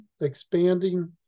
expanding